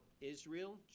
Israel